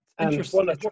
Interesting